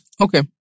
okay